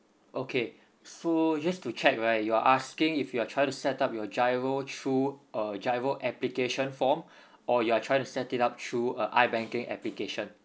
okay so just to check right you're asking if you're try to set up your GIRO through a GIRO application form or you're trying to set it up through uh I banking application